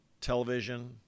television